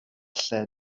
lle